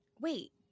wait